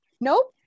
nope